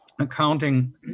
accounting